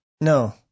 No